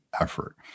effort